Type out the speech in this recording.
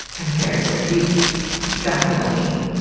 i'm very worried. he's definitely